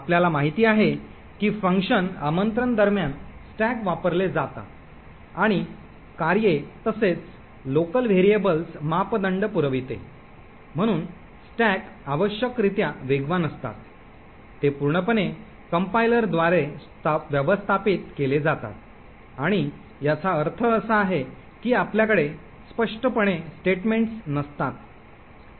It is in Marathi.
आपल्याला माहिती आहे की फंक्शन आमंत्रण दरम्यान स्टॅक वापरले जातात आणि कार्ये तसेच स्थानिक व्हेरिएबल्ससाठी मापदंड पुरविते म्हणून स्टॅक आवश्यकरित्या वेगवान असतात ते पूर्णपणे कंपाईलरद्वारे व्यवस्थापित केले जातात आणि याचा अर्थ असा आहे की आपल्याकडे स्पष्टपणे स्टेटमेन्ट्स नसतात